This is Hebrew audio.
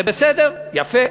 זה בסדר, יפה.